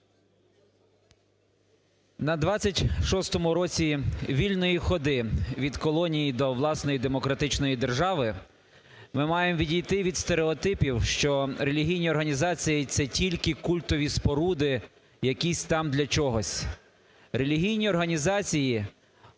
На 26-му році вільної ходи від колонії до власної демократичної держави ми маємо відійти від стереотипів, що релігійні організації – це тільки культові споруди якісь там для чогось. Релігійні організації